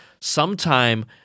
sometime